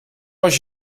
als